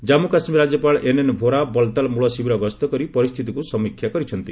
ଜାନ୍ମୁ କାଶ୍ମୀର ରାଜ୍ୟପାଳ ଏନ୍ଏନ୍ ବୋରା ବଲତାଲ୍ ମୂଳ ଶିବିର ଗସ୍ତ କରି ପରିସ୍ଥିତିକୁ ସମୀକ୍ଷା କରିଛନ୍ତି